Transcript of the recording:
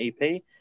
EP